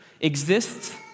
exists